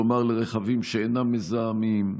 כלומר לרכבים שאינם מזהמים,